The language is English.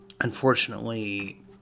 unfortunately